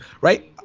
right